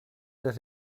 that